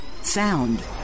Sound